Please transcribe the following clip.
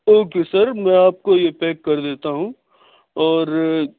okay sir میں آپ کو یہ پیک کر دیتا ہوں اور